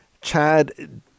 Chad